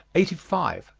eighty five.